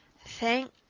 Thank